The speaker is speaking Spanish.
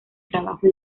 trabajo